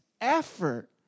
effort